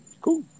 cool